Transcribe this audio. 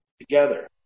together